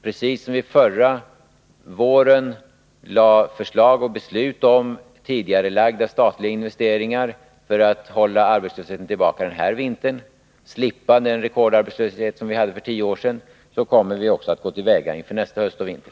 Precis så som vi gjorde förra våren, då vi lade fram förslag och fattade beslut om tidigareläggningar av investeringar för att hålla arbetslösheten tillbaka den här vintern och slippa den rekordarbetslöshet som förelåg för tio år sedan, kommer vi att gå till väga också inför nästa höst och vinter.